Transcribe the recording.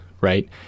right